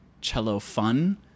cello-fun